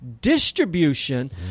distribution